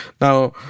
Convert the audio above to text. Now